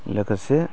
लोगोसे